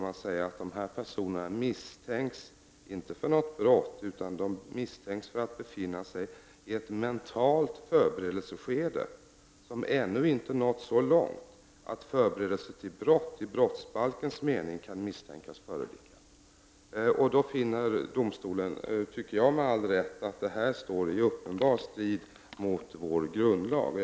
Man säger att de här personerna inte misstänks för något brott utan för att befinna sig i ett mentalt förberedelseskede som ännu inte nått så långt att förberedelse till brott i brottsbalkens mening kan misstänkas föreligga. Domstolen finner — med all rätt, tycker jag — att det här står i uppenbar strid mot den svenska grundlagen.